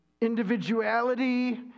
individuality